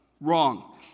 Wrong